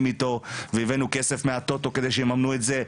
אתו והבאנו כסף מהטוטו כדי שיממנו את זה,